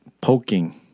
poking